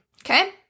Okay